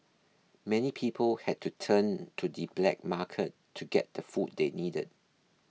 many people had to turn to the black market to get the food they needed